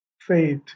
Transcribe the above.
faith